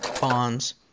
bonds